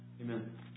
amen